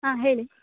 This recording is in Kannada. ಹಾಂ ಹೇಳಿ